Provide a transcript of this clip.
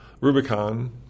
Rubicon